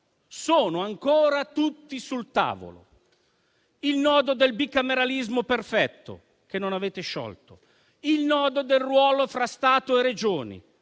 sono ancora tutti sul tavolo: il nodo del bicameralismo perfetto, che non avete sciolto; il nodo del ruolo fra Stato e Regioni,